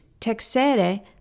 texere